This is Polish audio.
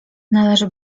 należy